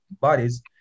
bodies